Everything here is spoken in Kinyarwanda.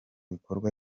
bikorwa